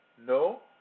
No